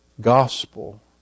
gospel